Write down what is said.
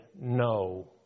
no